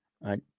right